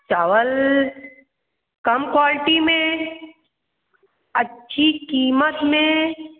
चावल कम क्वालिटी में अच्छी कीमत में